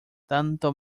tanto